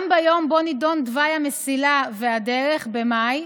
גם ביום שבו נדון תוואי המסילה והדרך, במאי,